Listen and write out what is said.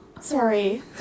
sorry